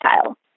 style